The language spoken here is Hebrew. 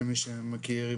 למי שמכיר.